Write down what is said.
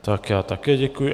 Tak já také děkuji.